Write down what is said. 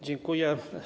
Dziękuję.